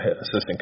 assistant